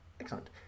Excellent